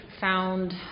found